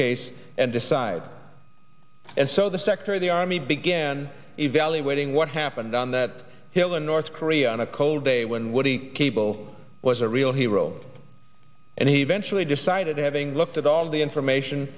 case and decide and so the sector the army began evaluating what happened on that hill in north korea on a cold day when woody cable was a real hero and he eventually decided having looked at all the information